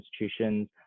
institutions